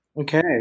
Okay